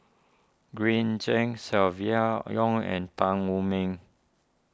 Green Zeng Silvia Yong and Tan Wu Meng